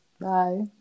Bye